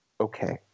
okay